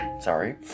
sorry